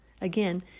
Again